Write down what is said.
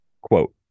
Quote